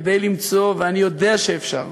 כדי למצוא, ואני יודע שאפשר,